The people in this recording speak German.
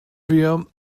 wir